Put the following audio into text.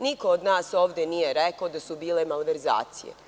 Niko od nas nije rekao da su bile malverzacije.